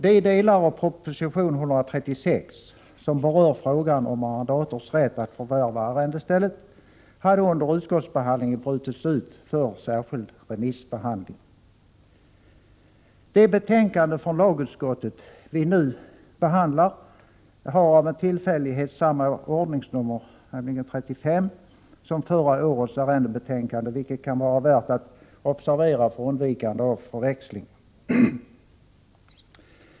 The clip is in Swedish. De delar av proposition 136 som berör frågor om arrendators rätt att förvärva arrendestället hade under utskottsbehandlingen brutits ut för särskild remissbehandling. Det betänkande från lagutskottet vi nu behandlar har av en tillfällighet samma ordningsnummer, 35, som förra årets arrendebetänkande, vilket kan vara värt att observera för undvikande av förväxling.